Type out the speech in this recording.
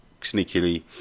sneakily